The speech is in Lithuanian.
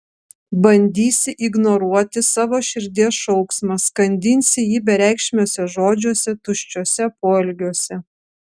bandysi ignoruoti savo širdies šauksmą skandinsi jį bereikšmiuose žodžiuose tuščiuose poelgiuose